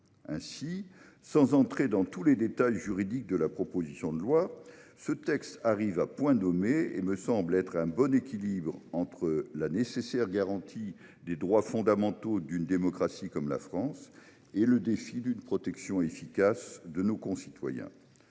pas en détail tous les points de la proposition de loi, celle-ci arrive à point nommé. Elle me semble constituer un bon équilibre entre la nécessaire garantie des droits fondamentaux d'une démocratie comme la France et le défi d'une protection efficace de nos concitoyens.